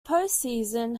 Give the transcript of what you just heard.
postseason